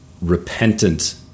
repentant